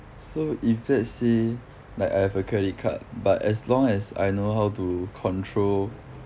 so if let's say like I have a credit card but as long as I know how to control